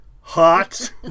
hot